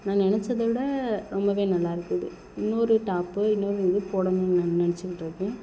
நான் நினச்சத விட ரொம்பவே நல்லா இருக்குது இன்னொரு டாப்பு இன்னொரு இது போடணுன்னு நான் நினச்சிட்ருக்கேன்